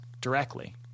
directly